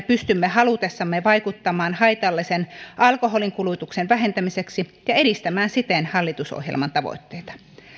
pystymme halutessamme vaikuttamaan haitallisen alkoholinkulutuksen vähentämiseksi ja edistämään siten hallitusohjelman tavoitteita